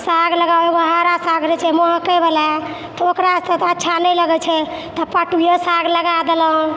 साग लगाबैके बाद हरा साग रहै छै महकैवला तऽ ओकरासँ तऽ अच्छा नहि लगै छै तऽ पटुवे साग लगा देलौँ